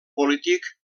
polític